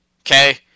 okay